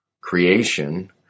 creation